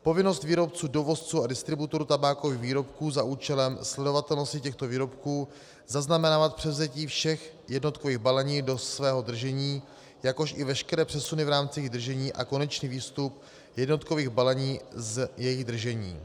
Povinnost výrobců, dovozců a distributorů tabákových výrobků za účelem sledovatelnosti těchto výrobků zaznamenávat převzetí všech jednotkových balení do svého držení, jakož i veškeré přesuny v rámci jejich držení a konečný výstup jednotkových balení z jejich držení.